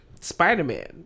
spider-man